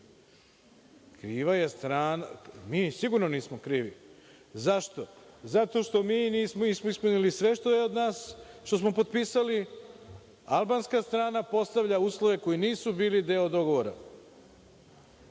kriv?)Kriva je strana, mi sigurno nismo krivi. Zašto? Zato što smo mi ispunili sve što je do nas što smo potpisali. Albanska strana postavlja uslove koji nisu bili deo dogovora.